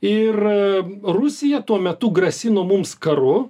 ir rusija tuo metu grasino mums karu